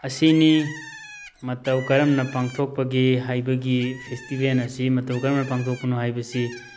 ꯑꯁꯤꯅꯤ ꯃꯇꯧ ꯀꯔꯝꯅ ꯄꯥꯡꯊꯣꯛꯄꯒꯦ ꯍꯥꯏꯕꯒꯤ ꯐꯦꯁꯇꯤꯕꯦꯟ ꯑꯁꯤ ꯃꯇꯧ ꯀꯔꯝꯅ ꯄꯥꯡꯊꯣꯛꯄꯅꯣ ꯍꯥꯏꯕꯁꯤ